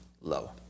Low